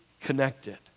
connected